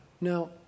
Now